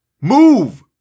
Move